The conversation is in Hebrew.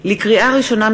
לקריאה ראשונה,